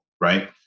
right